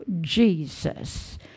Jesus